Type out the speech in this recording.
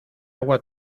agua